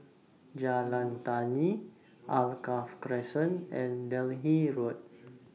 Jalan Tani Alkaff Crescent and Delhi Road